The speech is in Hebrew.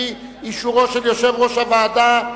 על-פי אישורו של יושב-ראש הוועדה.